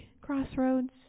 crossroads